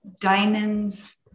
Diamond's